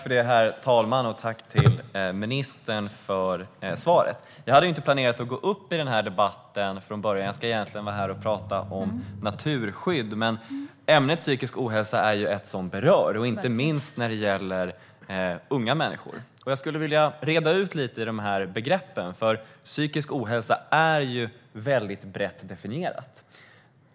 Herr talman! Tack, ministern, för svaret! Jag hade från början inte planerat att gå upp i denna debatt. Egentligen är jag här för att tala om naturskydd, men ämnet psykisk ohälsa är något som berör, inte minst vad gäller unga människor. Jag skulle vilja reda ut begreppen något. Psykisk ohälsa är väldigt brett definierat.